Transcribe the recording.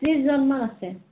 ত্ৰিছজনমান আছে